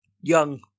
young